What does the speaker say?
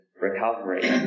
recovery